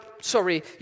sorry